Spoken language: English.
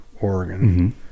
Oregon